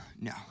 No